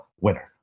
winner